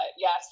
Yes